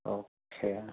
okay